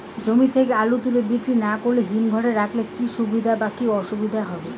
জমি থেকে আলু তুলে বিক্রি না করে হিমঘরে রাখলে কী সুবিধা বা কী অসুবিধা হবে?